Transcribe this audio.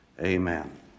Amen